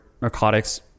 narcotics